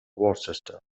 worcester